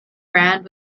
brand